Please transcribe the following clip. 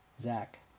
Zach